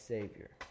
Savior